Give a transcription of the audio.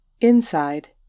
Inside